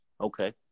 Okay